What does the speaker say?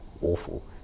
awful